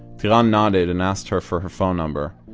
tiran nodded and asked her for her phone number,